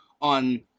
on